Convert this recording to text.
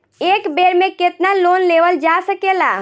एक बेर में केतना लोन लेवल जा सकेला?